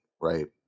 right